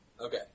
Okay